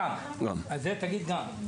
אז תגיד "גם".